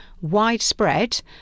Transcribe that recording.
widespread